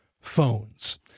phones